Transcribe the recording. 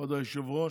כבוד היושב-ראש,